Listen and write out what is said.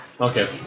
Okay